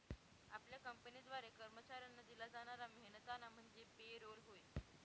आपल्या कंपनीद्वारे कर्मचाऱ्यांना दिला जाणारा मेहनताना म्हणजे पे रोल होय